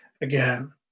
again